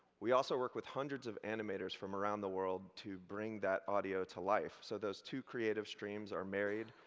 we also work with hundreds of animators from around the world to bring that audio to life. so those two creative streams are married,